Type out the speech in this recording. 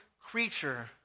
creature